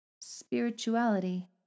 spirituality